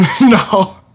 No